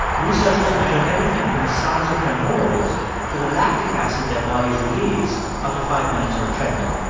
researchers measured everything from the size of their moles to the lactic acid their bodies released after five minutes on a treadmill.